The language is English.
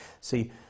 See